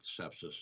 sepsis